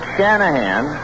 Shanahan